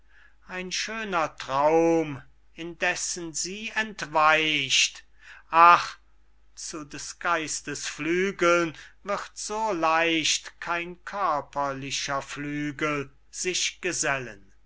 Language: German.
ein schöner traum indessen sie entweicht ach zu des geistes flügeln wird so leicht kein körperlicher flügel sich gesellen